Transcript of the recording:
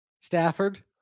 Stafford